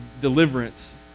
deliverance